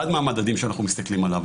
אחד מהמדדים שאנחנו מסתכלים עליו,